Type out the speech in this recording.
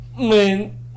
man